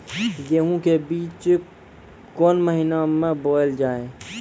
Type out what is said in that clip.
गेहूँ के बीच कोन महीन मे बोएल जाए?